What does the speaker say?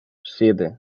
siete